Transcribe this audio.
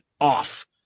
off